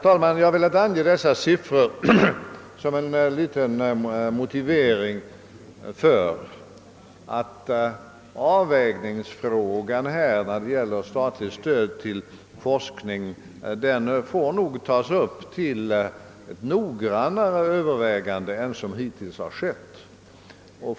Jag har velat nämna dessa siffror som en liten motivering för kravet att avvägningsfrågan när det gäller statligt stöd till forskning måste tas upp till ett mera noggrant övervägande än vad som hittills skett.